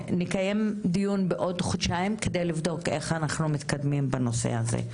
שנקיים דיון בעוד חודשיים כדי לבדוק איך אנחנו מתקדמים בנושא הזה.